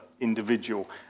individual